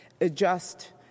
adjust